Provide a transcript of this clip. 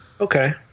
Okay